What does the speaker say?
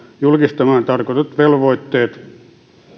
julkistamaan tarkoitetut velvoitteet